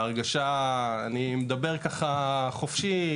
וההרגשה אני מדבר ככה חופשי,